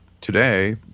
Today